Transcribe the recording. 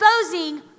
exposing